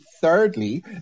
Thirdly